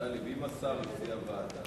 טלב, אם השר מציע ועדה,